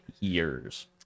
years